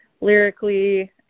lyrically